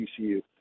TCU